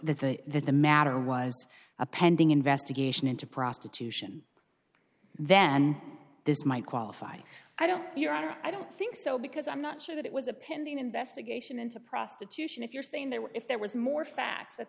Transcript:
they that the matter was a pending investigation into prostitution then this might qualify i don't your honor i don't think so because i'm not sure that it was a pending investigation into prostitution if you're saying that if there was more facts that